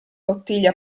bottiglia